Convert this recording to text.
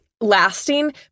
lasting